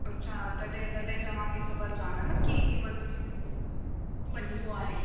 अछा तॾहिं तॾहिं तव्हांखे ख़बर कान्हे न की कीअं बस में वञिबो आहे